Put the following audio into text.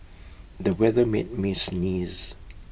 the weather made me sneeze